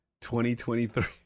2023